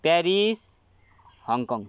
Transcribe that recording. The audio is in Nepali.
Paris Hong Kong